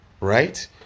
right